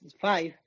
five